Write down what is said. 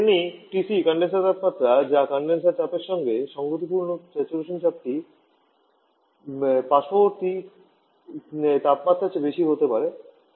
তেমনি TC condenser তাপমাত্রা যা কনডেনসার চাপের সাথে সঙ্গতিপূর্ণ স্যাচুরেশন চাপটি পার্শ্ববর্তী তাপমাত্রার চেয়ে বেশি হতে হবে